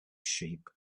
sheep